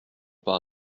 pas